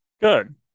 good